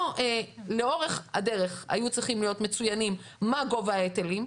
לאורך הדרך היו צריכים להיות מצוינים מה גובה ההיטלים.